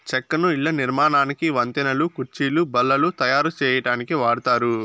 చెక్కను ఇళ్ళ నిర్మాణానికి, వంతెనలు, కుర్చీలు, బల్లలు తాయారు సేయటానికి వాడతారు